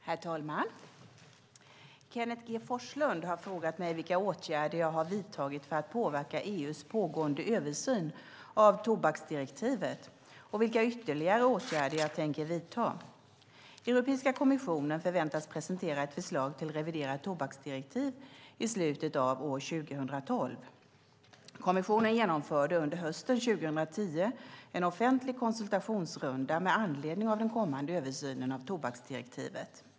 Herr talman! Kenneth G Forslund har frågat mig vilka åtgärder jag har vidtagit för att påverka EU:s pågående översyn av tobaksdirektivet och vilka ytterligare åtgärder jag tänker vidta. Europeiska kommissionen förväntas presentera ett förslag till reviderat tobaksdirektiv i slutet av år 2012. Kommissionen genomförde under hösten 2010 en offentlig konsultationsrunda med anledning av den kommande översynen av tobaksdirektivet.